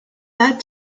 that